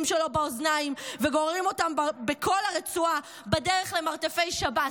שלו באוזניים וגוררים אותם בכל הרצועה בדרך למרתפי שב"ס,